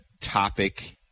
topic